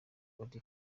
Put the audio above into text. auddy